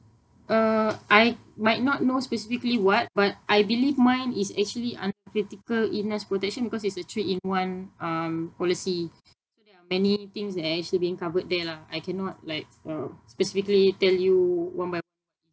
err I might not know specifically what but I believe mine is actually un~ critical illness protection because it's a three in one um policy so there are many things that are actually being covered there lah I cannot like um specifically tell you one by